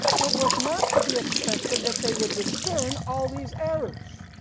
it was not to be expected that they would discern all these errors.